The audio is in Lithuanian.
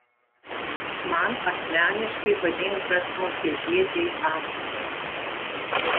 man asmeniškai patinka smulkiažiedžiai astrai